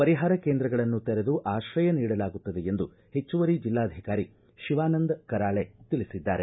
ಪರಿಹಾರ ಕೇಂದ್ರಗಳನ್ನು ತೆರದು ಆಶ್ರಯ ನೀಡಲಾಗುತ್ತದೆ ಎಂದು ಹೆಚ್ಚುವರಿ ಜೆಲ್ಲಾಧಿಕಾರಿ ಶಿವಾನಂದ ಕರಾಳೆ ತಿಳಿಸಿದ್ದಾರೆ